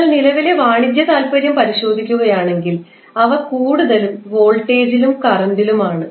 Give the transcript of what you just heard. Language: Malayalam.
നിങ്ങൾ നിലവിലെ വാണിജ്യ താൽപ്പര്യം പരിശോധിക്കുകയാണെങ്കിൽ അവ കൂടുതലും വോൾട്ടേജിലും കറൻറിലും ആണ്